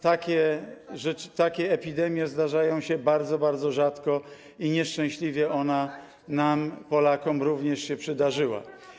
Takie rzeczy, takie epidemie zdarzają się bardzo, bardzo rzadko i nieszczęśliwie ona nam, Polakom również się przydarzyła.